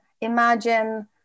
imagine